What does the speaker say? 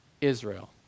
Israel